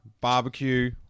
Barbecue